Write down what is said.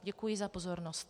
Děkuji za pozornost.